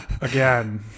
again